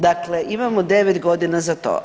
Dakle, imamo 9 godina za to.